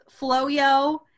Floyo